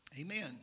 Amen